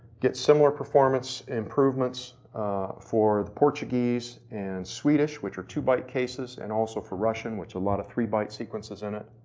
similar performance, improvements for portuguese and swedish which are two byte cases and also for russian which a lot of three byte sequences and it.